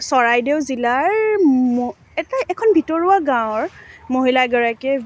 চৰাইদেউ জিলাৰ এখন ভিতৰুৱা গাঁৱৰ মহিলা এগৰাকীয়ে